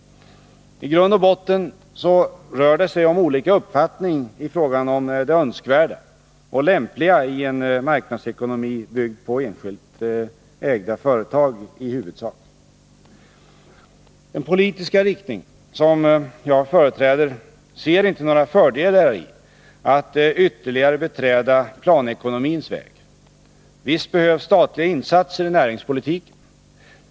I grund och botten rör det sig om olika uppfattning i fråga om det önskvärda och lämpliga i en marknadsekonomi byggd på i huvudsak enskilt ägda företag. Den politiska riktning jag företräder ser inte några fördelar i att ytterligare beträda planekonomins väg. Visst behövs statliga insatser i näringspolitiken.